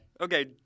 Okay